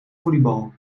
volleybal